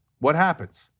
what happens?